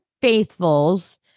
faithfuls